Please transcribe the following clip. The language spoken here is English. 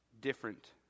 different